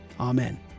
Amen